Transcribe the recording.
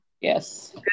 Yes